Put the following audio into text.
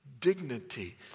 dignity